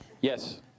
yes